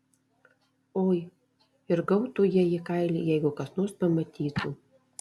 oi ir gautų jie į kailį jeigu kas nors pamatytų